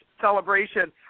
celebration